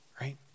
right